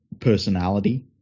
personality